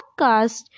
podcast